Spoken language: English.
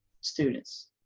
students